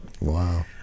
Wow